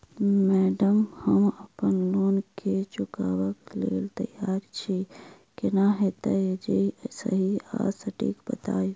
Madam हम अप्पन loan केँ चुकाबऽ लैल तैयार छी केना हएत जे सही आ सटिक बताइब?